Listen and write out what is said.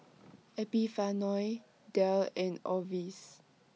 Epifanio Dayle and Orvis